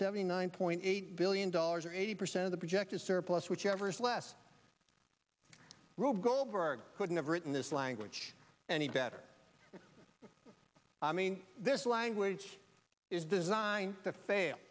seventy nine point eight billion dollars or eighty percent of the projected surplus whichever is less rove goldberg couldn't have written this language any better i mean this language is designed to fail